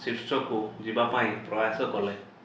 ଶୀର୍ଷକୁ ଯିବା ପାଇଁ ପ୍ରୟାସ କଲେ